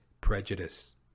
Prejudice